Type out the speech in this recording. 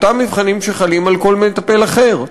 אותם מבחנים שחלים על כל מטפל אחר.